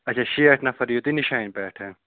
اچھا شیٹھ نفر یِیِو تُہۍ نِشانہِ پٮ۪ٹھ